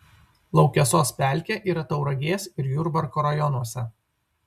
laukesos pelkė yra tauragės ir jurbarko rajonuose